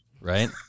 Right